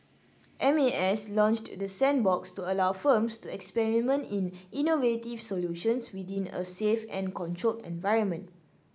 M A S launched the sandbox to allow firms to experiment in innovative solutions within a safe and controlled environment